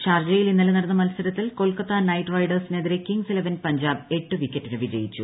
ഷാർജയിൽ ഇന്നലെ നടന്ന മത്സരത്തിൽ കൊൽക്കത്ത നൈറ്റ് റൈഡേഴ്സിനെതിരെ കിങ്സ് ഇലവൻ പഞ്ചാബ് എട്ട് വിക്കറ്റിന് വിജയിച്ചു